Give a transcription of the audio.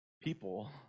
people